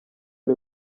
ari